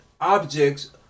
objects